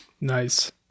Nice